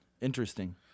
interesting